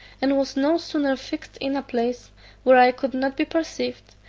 and was no sooner fixed in a place where i could not be perceived,